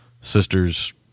Sisters